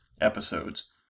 episodes